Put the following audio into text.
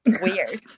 weird